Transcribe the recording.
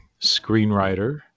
screenwriter